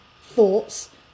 thoughts